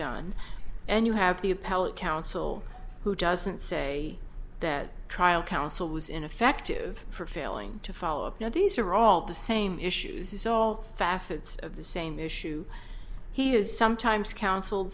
done and you have the appellate counsel who doesn't say that trial counsel was ineffective for failing to follow up now these are all the same issues it's all facets of the same issue he is sometimes counsel